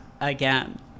again